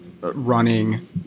running